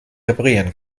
reparieren